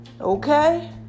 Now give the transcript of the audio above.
Okay